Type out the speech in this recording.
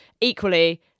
Equally